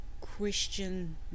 christian